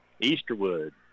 Easterwood